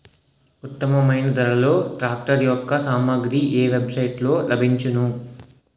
ఉత్తమమైన ధరలో ట్రాక్టర్ యెక్క సామాగ్రి ఏ వెబ్ సైట్ లో లభించును?